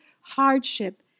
hardship